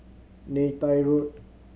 Neythai Road